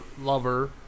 lover